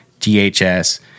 dhs